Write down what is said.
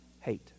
hate